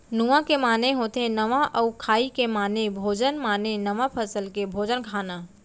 नुआ के माने होथे नवा अउ खाई के माने भोजन माने नवा फसल के भोजन खाना